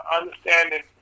understanding